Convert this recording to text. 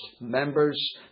members